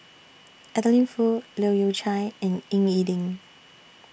Adeline Foo Leu Yew Chye and Ying E Ding